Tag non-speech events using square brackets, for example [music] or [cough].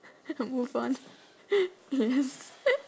[noise] move on yes